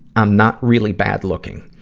i'm not really bad looking.